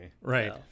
Right